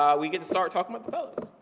um we can start talking about the fellows.